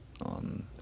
on